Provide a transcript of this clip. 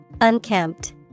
unkempt